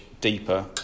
Deeper